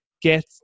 get